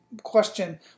question